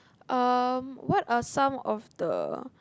um what are some of the